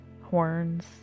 horns